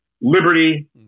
liberty